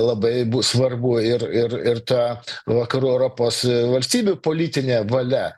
labai bus svarbu ir ir ir ta vakarų europos valstybių politinė valia